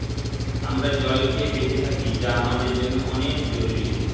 আমরা জল খেয়ে বেঁচে থাকি যা আমাদের জন্যে অনেক জরুরি